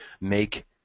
make